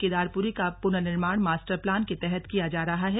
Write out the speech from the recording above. केदारपुरी का प्नर्निर्माण master plan के तहत किया जा रहा है